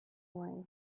way